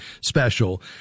special